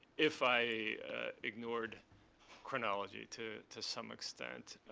if i ignored chronology to to some extent,